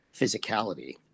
physicality